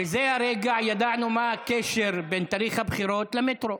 בזה הרגע ידענו מה הקשר בין תאריך הבחירות למטרו.